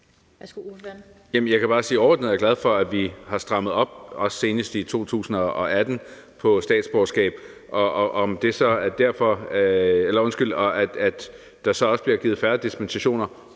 Jeg kan bare sige, at jeg overordnet er glad for, at vi har strammet op – og senest i 2018 – på regler for statsborgerskab. At der så også bliver givet færre dispensationer